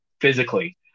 physically